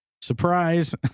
Surprise